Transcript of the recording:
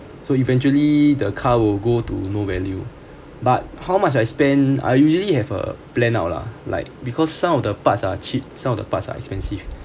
so eventually the car will go to no value but how much I spent I usually have a plan out lah like because some of the parts are cheap some of the parts are expensive